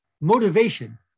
motivation